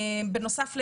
בנוסף לאלה,